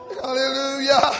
Hallelujah